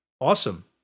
Awesome